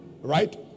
right